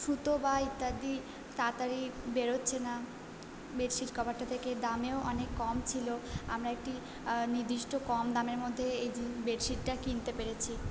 সুতো বা ইত্যাদি তাড়াতাড়ি বেরোচ্ছে না বেড শিট কভারটা থেকে দামেও অনেক কম ছিল আমরা একটি নির্দিষ্ট কম দামের মধ্যে এই জিনি বেড শিটটা কিনতে পেরেছি